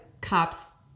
cops